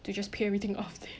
to just pay everything off there